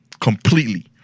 Completely